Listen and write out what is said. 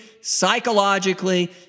psychologically